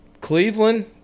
Cleveland